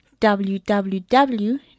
www